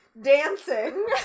dancing